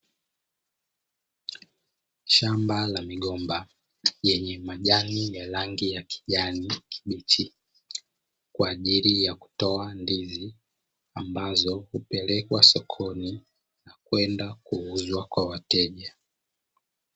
Shamba la migomba lenye majani ya kijani kibichi, kwa ajili ya kutoa ndizi, ambazo hupelekwa sokoni na kwenda kuuzwa kwa wateja.